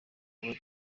abo